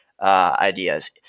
ideas